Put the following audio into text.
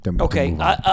Okay